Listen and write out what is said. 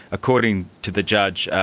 according to the judge,